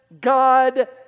God